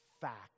fact